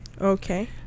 Okay